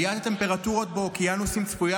עליית הטמפרטורות באוקיינוסים צפויה